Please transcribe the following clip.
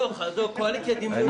עזוב, קואליציה דמיונית.